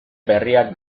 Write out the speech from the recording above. berriak